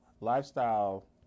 Lifestyle